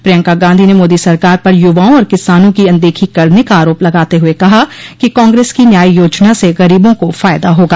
प्रियंका गांधी ने मोदी सरकार पर युवाओं और किसानों की अनदेखी करने का आरोप लगाते हुए कहा कि कांग्रेस की न्याय योजना से गरीबों को फायदा होगा